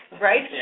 Right